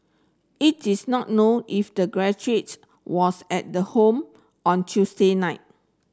it is not known if the graduates was at the home on Tuesday night